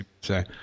say